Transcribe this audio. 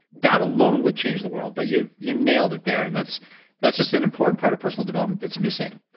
that alone would change the world. but you you nailed it there and that's that's just an important part of personal development that's missing,